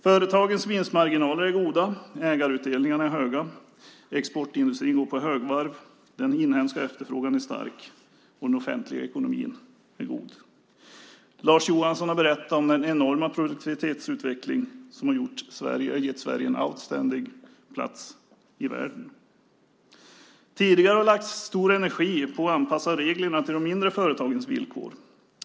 Företagens vinstmarginaler är goda och ägarutdelningarna är höga. Exportindustrin går på högvarv, den inhemska efterfrågan är stark och den offentliga ekonomin är god. Lars Johansson har berättat om den enorma produktivitetsutveckling som har gett Sverige en outstanding plats i världen. Tidigare har lagts stor energi på att anpassa reglerna till de mindre företagens villkor.